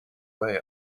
way